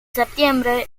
septiembre